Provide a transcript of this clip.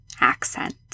accent